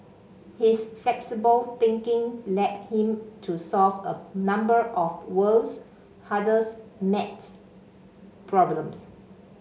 his flexible thinking led him to solve a number of world's hardest maths problems